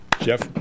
Jeff